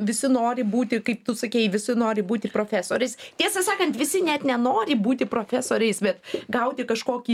visi nori būti kaip tu sakei visi nori būti profesoriais tiesą sakant visi net nenori būti profesoriais bet gauti kažkokį